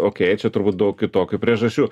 okay čia turbūt daug kitokių priežasčių